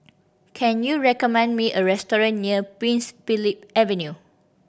can you recommend me a restaurant near Prince Philip Avenue